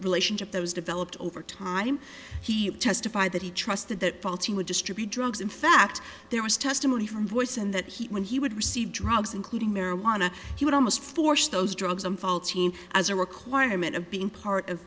relationship those developed over time he testified that he trusted that faulty would distribute drugs in fact there was testimony from voice and that he when he would receive drugs including marijuana he would almost those drugs unfold seen as a requirement of being part of